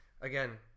again